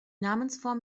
namensform